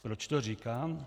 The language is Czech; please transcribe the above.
Proč to říkám?